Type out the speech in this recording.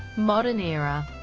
modern era